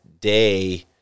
day